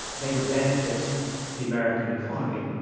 they would benefit the american economy.